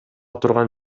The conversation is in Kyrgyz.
турган